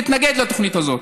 נתנגד לתוכנית הזאת.